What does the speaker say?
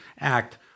Act